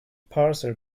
parser